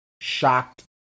shocked